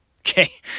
Okay